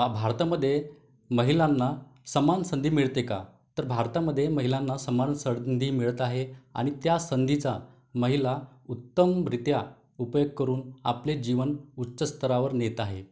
भारतामध्ये महिलांना समान संधी मिळते का तर भारतामध्ये महिलांना समान संधी मिळत आहे आणि त्या संधीचा महिला उत्तमरीत्या उपयोग करून आपले जीवन उच्च स्तरावर नेत आहे